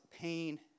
pain